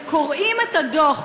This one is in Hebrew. הם קורעים את הדוח